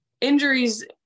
injuries